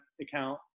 account